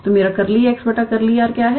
तो मेरा 𝜕𝑥𝜕𝑟 क्या है